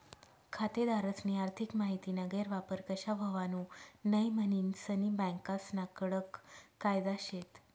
खातेदारस्नी आर्थिक माहितीना गैरवापर कशा व्हवावू नै म्हनीन सनी बँकास्ना कडक कायदा शेत